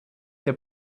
they